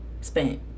Spent